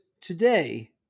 today